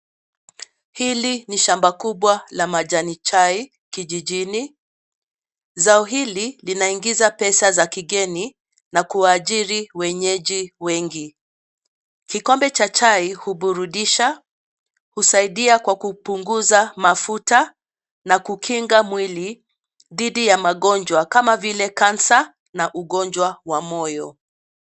Hili ni shamba kubwa la majani chai kijijini, Zao hili linaingiza pesa za kigeni na kuajiri wenyeji wengi. Kikombe cha chai huburudisha, husaidia kwa kupunguza mafuta na kukinga mwili dhidi ya magonjwa kama vile cancer na ugonjwa wa moyo.